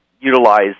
utilize